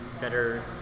better